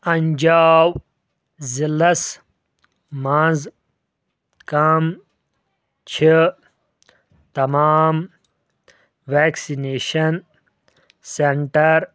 اَنجاو ضِلَعس منٛز کَم چھِ تَمام ویکسِنیٚشَن سینٹَر